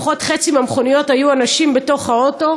לפחות בחצי מהמכוניות היו אנשים בתוך האוטו